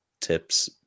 tips